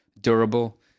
durable